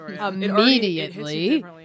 immediately